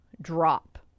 drop